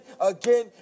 again